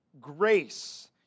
grace